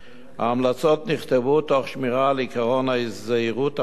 ההמלצות נכתבו תוך שמירה על עקרון הזהירות המונעת